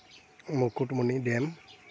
Mukutmoni dam